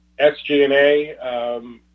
SG&A